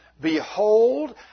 Behold